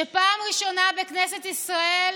שפעם ראשונה בכנסת ישראל